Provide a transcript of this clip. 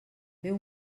déu